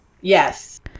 Yes